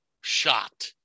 shot